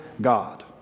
God